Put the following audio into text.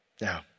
Now